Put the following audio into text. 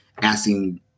Asking